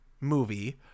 movie